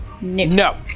No